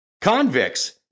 Convicts